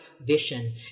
vision